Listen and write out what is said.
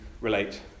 relate